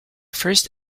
first